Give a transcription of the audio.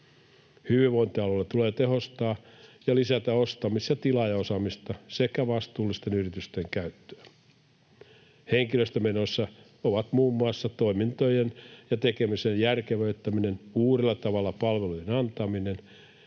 Hyvinvointialueilla tulee tehostaa ja lisätä ostamis- ja tilaajaosaamista sekä vastuullisten yritysten käyttöä. Henkilöstömenoissa järkeviä tapoja hakea ratkaisua ovat muun muassa toimintojen ja tekemisen järkevöittäminen, uudella tavalla palvelujen antaminen